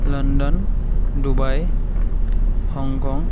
London Dubai Hong Kong